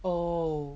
oh